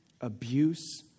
abuse